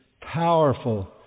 powerful